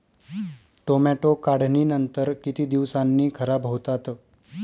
Tomato काढणीनंतर किती दिवसांनी खराब होतात?